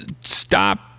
stop